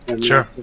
Sure